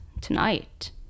tonight